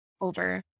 over